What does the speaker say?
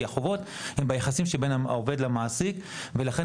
כי החובות הם ביחסים של בין עובד למעסיק ולכן